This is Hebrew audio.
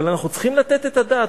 אבל אנחנו צריכים לתת את הדעת.